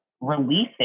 releasing